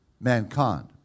mankind